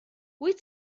wyt